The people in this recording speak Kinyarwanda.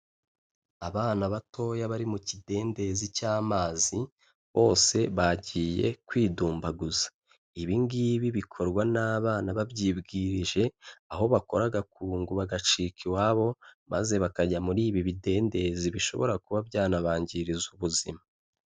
Abana batoya bari mu kidendezi cy'amazi, bose bagiye kwidumbaguza, ibi ingibi bikorwa n'abana babyibwirije, aho bakora agakungu bagacika iwabo maze bakajya muri ibi bidendezi bishobora kuba byanabangiriza ubuzima.